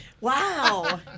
Wow